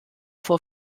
vor